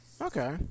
Okay